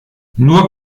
nur